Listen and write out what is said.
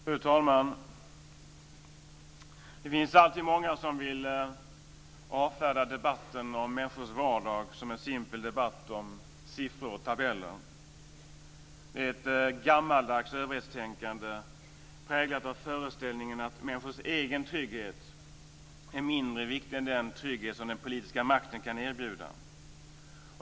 Fru talman! Det finns alltid många som vill avfärda debatten om människors vardag som en simpel debatt om siffror och tabeller. Det är ett gammaldags överhetstänkande präglat av föreställningen att människors egen trygghet är mindre viktig än den trygghet som den politiska makten kan erbjuda.